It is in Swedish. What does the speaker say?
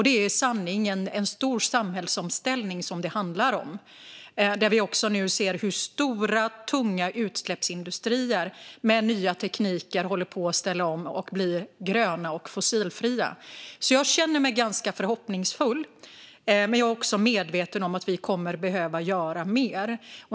Det är i sanning en stor samhällsomställning som det handlar om. Där ser vi nu också hur stora och tunga utsläppsindustrier med nya tekniker håller på att ställa om och bli gröna och fossilfria. Jag känner mig därför ganska förhoppningsfull. Men jag är också medveten om att vi kommer att behöva göra mer.